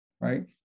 right